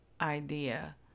idea